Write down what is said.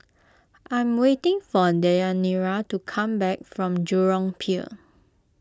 I am waiting for Deyanira to come back from Jurong Pier